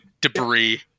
debris